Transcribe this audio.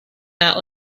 that